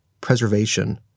preservation